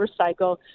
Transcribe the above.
recycle